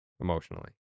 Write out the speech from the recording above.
emotionally